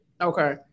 Okay